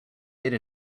made